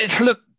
Look